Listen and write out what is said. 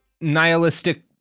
nihilistic